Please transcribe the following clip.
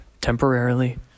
temporarily